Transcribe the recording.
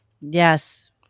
Yes